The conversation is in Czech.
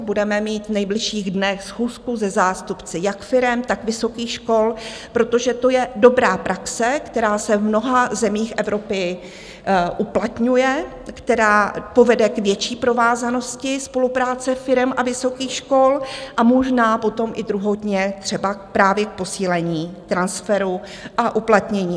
Budeme mít v nejbližších dnech schůzku se zástupci jak firem, tak vysokých škol, protože to je dobrá praxe, která se v mnoha zemích Evropy uplatňuje, která povede k větší provázanosti spolupráce firem a vysokých škol a možná potom i druhotně třeba právě k posílení transferu a uplatnění absolventů.